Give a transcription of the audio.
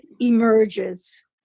emerges